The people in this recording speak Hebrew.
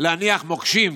להניח מוקשים,